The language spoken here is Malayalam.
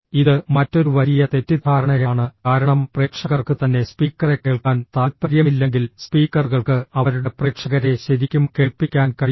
ഇത് മറ്റൊരു വലിയ തെറ്റിദ്ധാരണയാണ് കാരണം പ്രേക്ഷകർക്ക് തന്നെ സ്പീക്കറെ കേൾക്കാൻ താൽപ്പര്യമില്ലെങ്കിൽ സ്പീക്കറുകൾക്ക് അവരുടെ പ്രേക്ഷകരെ ശരിക്കും കേൾപ്പിക്കാൻ കഴിയില്ല